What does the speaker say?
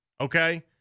okay